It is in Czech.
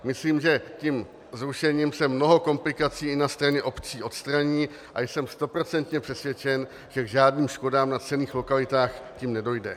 Myslím, že tím zrušením se mnoho komplikací i na straně obcí odstraní, a jsem stoprocentně přesvědčen, že k žádným škodám na cenných lokalitách tím nedojde.